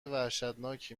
وحشتناکی